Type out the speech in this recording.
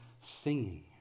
singing